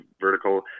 vertical